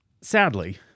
sadly